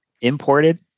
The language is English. imported